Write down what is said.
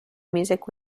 music